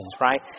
right